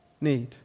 need